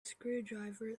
screwdriver